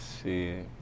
See